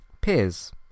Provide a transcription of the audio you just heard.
peers